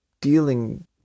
dealing